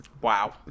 Wow